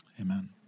Amen